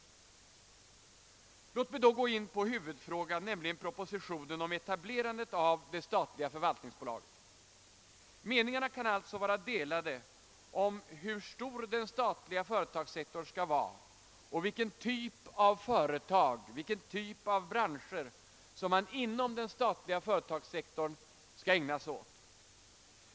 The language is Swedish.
Låt mig sedan gå in på huvudfrågan, nämligen propositionen om etablerandet av det statliga förvaltningsbolaget. Meningarna kan alltså vara delade om hur stor den statliga företagssektorn skall vara och vilken typ av företag eller branscher som den statliga företagssektorn skall ägna sig åt.